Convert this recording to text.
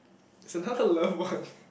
it's another love one